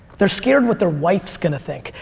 they're scared what their wife's gonna think.